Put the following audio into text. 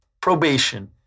probation